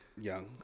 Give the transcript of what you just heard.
young